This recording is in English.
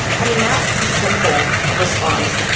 i mean, that's the simple response.